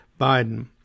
Biden